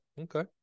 Okay